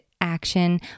action